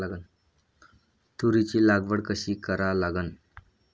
तुरीची लागवड कशी करा लागन?